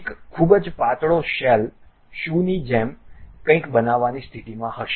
એક ખૂબ જ પાતળો શેલ શૂની જેમ કંઈક બનાવવાની સ્થિતિમાં હશે